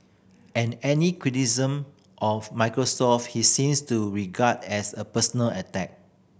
and any criticism of Microsoft he seems to regard as a personal attack